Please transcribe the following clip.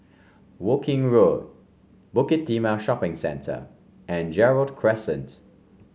Woking Road Bukit Timah Shopping Centre and Gerald Crescent